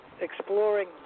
exploring